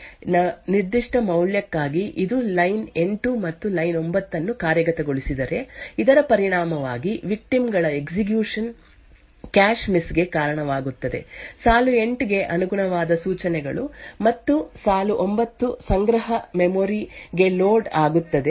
ಮತ್ತು ವಿಕ್ಟಿಮ್ ಈ ನಿರ್ದಿಷ್ಟ ಲೂಪ್ ಅನ್ನು ಕಾರ್ಯಗತಗೊಳಿಸಿದ್ದಾರೆ ಮತ್ತು 1 ಗೆ ಹೊಂದಿಸಲಾದ ಇ ಐ E i ನ ನಿರ್ದಿಷ್ಟ ಮೌಲ್ಯಕ್ಕಾಗಿ ಇದು ಲೈನ್ 8 ಮತ್ತು ಲೈನ್ 9 ಅನ್ನು ಕಾರ್ಯಗತಗೊಳಿಸಿದೆ ಇದರ ಪರಿಣಾಮವಾಗಿ ವಿಕ್ಟಿಮ್ ಗಳ ಎಕ್ಸಿಕ್ಯೂಶನ್ ಕ್ಯಾಶ್ ಮಿಸ್ ಗೆ ಕಾರಣವಾಗುತ್ತದೆ ಸಾಲು 8 ಗೆ ಅನುಗುಣವಾದ ಸೂಚನೆಗಳು ಮತ್ತು ಸಾಲು 9 ಸಂಗ್ರಹ ಮೆಮೊರಿ ಗೆ ಲೋಡ್ ಆಗುತ್ತದೆ